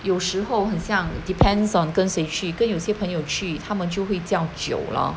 有时候很像 depends on 跟谁去跟有些朋友去他们就会叫酒咯